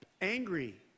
angry